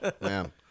man